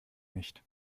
nicht